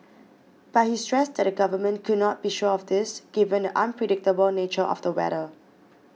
but he stressed that the government could not be sure of this given the unpredictable nature of the weather